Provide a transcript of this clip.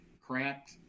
cracked